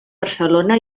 barcelona